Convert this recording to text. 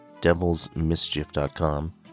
devilsmischief.com